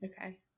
Okay